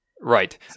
Right